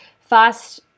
fast